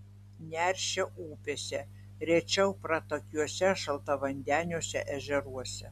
neršia upėse rečiau pratakiuose šaltavandeniuose ežeruose